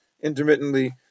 intermittently